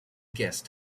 guests